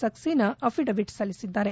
Saxena affidavit ಸಲ್ಲಿಸಿದ್ದಾರೆ